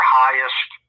highest